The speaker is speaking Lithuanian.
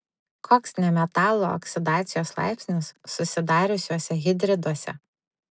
koks nemetalų oksidacijos laipsnis susidariusiuose hidriduose